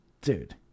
dude